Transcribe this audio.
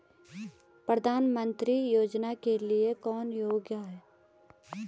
प्रधानमंत्री योजना के लिए कौन योग्य है?